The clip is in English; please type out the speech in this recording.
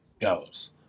goes